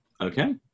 Okay